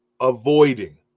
avoiding